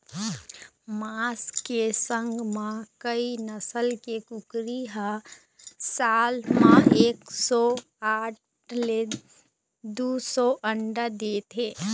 मांस के संग म कइ नसल के कुकरी ह साल म एक सौ साठ ले दू सौ अंडा देथे